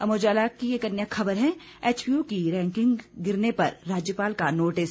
अमर उजाला की अन्य खबर है एचपीयू की रैंकिंग गिरने पर राज्यपाल का नोटिस